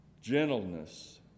gentleness